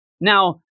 Now